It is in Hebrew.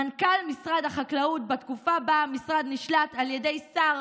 מנכ"ל משרד החקלאות בתקופה שבה המשרד נשלט על ידי שר,